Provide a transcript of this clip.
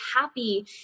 happy